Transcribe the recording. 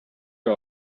are